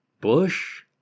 Bush